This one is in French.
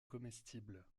comestibles